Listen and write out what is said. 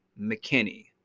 McKinney